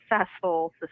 successful